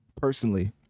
personally